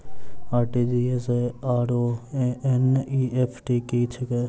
RTGS आओर NEFT की छैक?